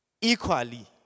equally